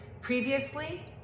Previously